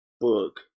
book